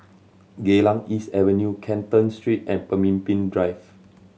Geylang East Avenue Canton Street and Pemimpin Drive